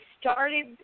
started